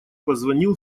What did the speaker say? позвонил